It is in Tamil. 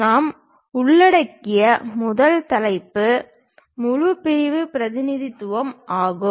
நாம் உள்ளடக்கிய முதல் தலைப்பு முழு பிரிவு பிரதிநிதித்துவம் ஆகும்